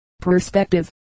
Perspective